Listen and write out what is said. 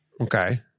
Okay